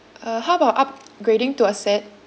uh how about upgrading to a set